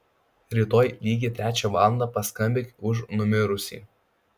rytoj lygiai trečią valandą paskambink už numirusį